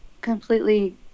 completely